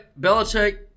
Belichick